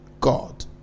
God